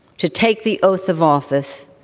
to take the oath of office.